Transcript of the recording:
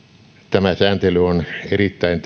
tämä sääntely on erittäin